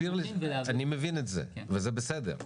אני מבין את זה, וזה בסדר.